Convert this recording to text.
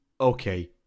Okay